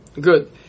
Good